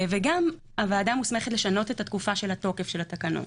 גם הוועדה מוסמכת לשנות את התקופה של התוקף של התקנות,